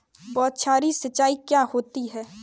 बौछारी सिंचाई क्या होती है?